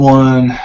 one